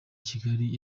kigali